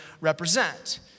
represent